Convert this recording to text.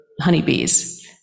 honeybees